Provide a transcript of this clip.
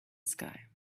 sky